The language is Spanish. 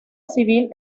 civil